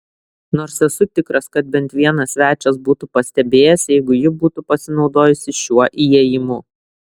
nors esu tikras kad bent vienas svečias būtų pastebėjęs jeigu ji būtų pasinaudojusi šiuo įėjimu